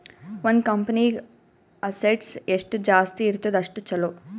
ಒಂದ್ ಕಂಪನಿಗ್ ಅಸೆಟ್ಸ್ ಎಷ್ಟ ಜಾಸ್ತಿ ಇರ್ತುದ್ ಅಷ್ಟ ಛಲೋ